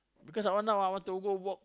because I want now I want to go work